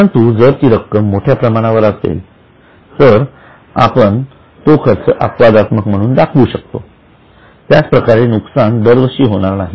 परंतु जर ती रक्कम मोठ्या प्रमाणावर असेल तर आपण तो खर्च अपवादात्मक म्हणून दाखवू कारण त्याप्रकारचे नुकसान दरवर्षी होणार नाही